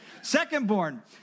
Secondborn